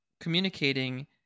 communicating